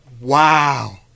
Wow